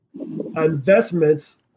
investments